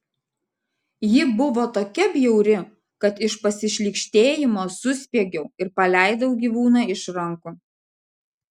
ji buvo tokia bjauri kad iš pasišlykštėjimo suspiegiau ir paleidau gyvūną iš rankų